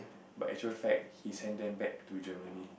but actual fact he send them back to Germany